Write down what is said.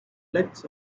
legs